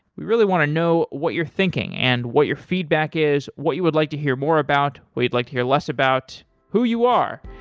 we really want to know what you're thinking and what your feedback is, what you would like to hear more about, what you'd like to hear less about, who you are.